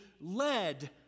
led